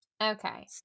Okay